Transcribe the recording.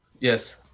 Yes